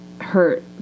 hurt